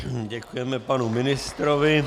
Děkujeme panu ministrovi.